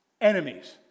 enemies